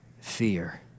fear